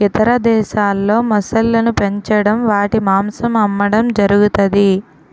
ఇతర దేశాల్లో మొసళ్ళను పెంచడం వాటి మాంసం అమ్మడం జరుగుతది